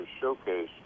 showcase